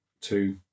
two